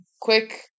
quick